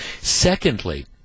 Secondly